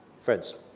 Friends